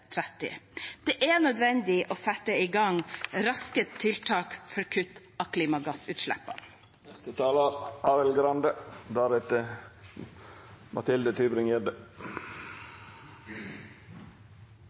Det er nødvendig å sette i gang raske tiltak for kutt av